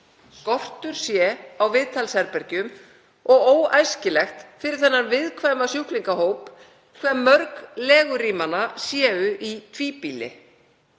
skortur sé á viðtalsherbergjum og óæskilegt fyrir þennan viðkvæma sjúklingahóp hve mörg legurýmanna séu í tvíbýli.